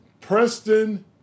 Preston